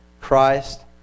Christ